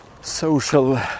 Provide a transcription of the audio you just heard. social